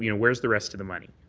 you know where's the rest of the money?